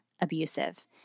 abusive